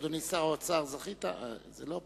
אדוני שר האוצר, זכית, וזה לא פשוט.